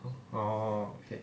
oh okay